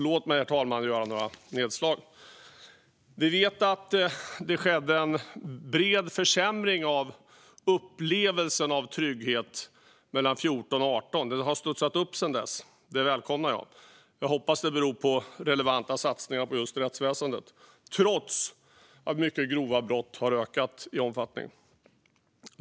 Låt mig göra några nedslag, herr talman! Vi vet att det skedde en bred försämring av den upplevda tryggheten mellan 2014 och 2018. Den har studsat upp sedan dess, och det välkomnar jag. Jag hoppas att det beror på relevanta satsningar på just rättsväsendet, trots att mycket grova brott har ökat i omfattning.